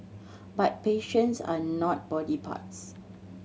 but patients are not body parts